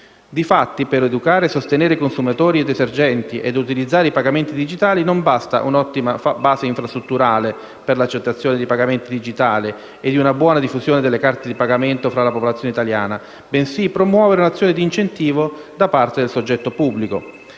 Difatti, per educare e sostenere consumatori ed esercenti a utilizzare i pagamenti digitali, non basta un'ottima base infrastrutturale per l'accettazione di pagamenti digitali e di una buona diffusione di carte di pagamento tra la popolazione italiana, bensì occorre promuovere un'azione di incentivo da parte del soggetto pubblico.